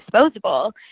disposable